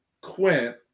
Quint